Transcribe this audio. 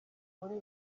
muri